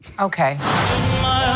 Okay